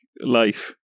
life